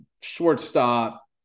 Shortstop